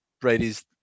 Brady's